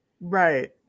Right